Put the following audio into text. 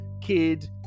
kid